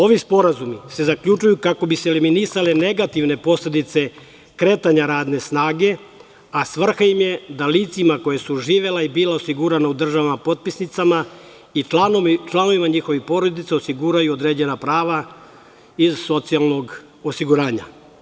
Ovi sporazumi se zaključuju kako bi se eliminisale negativne posledice kretanja radne snage, a svrha im je da licima koja su živela i bila osigurana u državama potpisnicama i članovima njihovih porodica osiguraju određena prava iz socijalnog osiguranja.